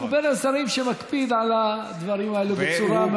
הוא בין השרים שמקפידים על הדברים האלה בצורה מאוד מיוחדת.